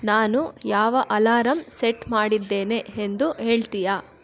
ನಾನು ಯಾವ alarm set ಮಾಡಿದ್ದೇನೆ ಎಂದು ಹೇಳ್ತೀಯಾ